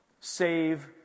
Save